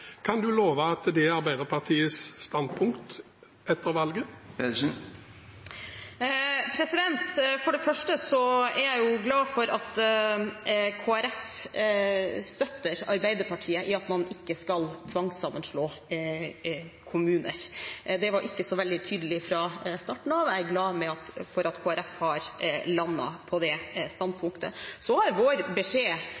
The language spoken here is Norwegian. Kan hun love at det er Arbeiderpartiets standpunkt etter valget? For det første er jeg glad for at Kristelig Folkeparti støtter Arbeiderpartiet i at man ikke skal tvangssammenslå kommuner. Det var ikke så veldig tydelig fra starten av. Jeg er glad for at Kristelig Folkeparti har landet på det